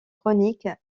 chroniques